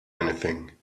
anything